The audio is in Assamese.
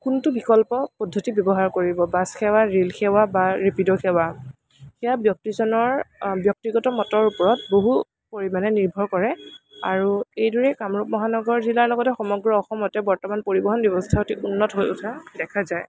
কোনটো বিকল্প পদ্ধতি ব্য়ৱহাৰ কৰিব বাছ সেৱা ৰেল সেৱা বা ৰেপিড' সেৱা এইয়া ব্য়ক্তিজনৰ ব্য়ক্তিগত মতৰ ওপৰত বহু পৰিমাণে নিৰ্ভৰ কৰে আৰু এইদৰে কামৰূপ মহানগৰ জিলাৰ লগতে সমগ্ৰ অসমতে বৰ্তমান পৰিবহণ ব্য়ৱস্থা অতি উন্নত হৈ উঠা দেখা যায়